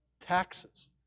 taxes